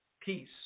peace